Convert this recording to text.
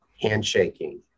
handshaking